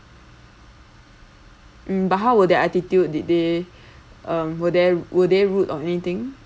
mm but how were their attitude did they um were there were they rude or anything